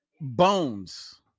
Bones